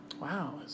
Wow